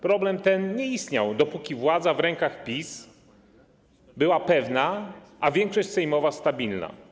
Problem ten nie istniał, dopóki władza w rękach PiS była pewna, a większość sejmowa stabilna.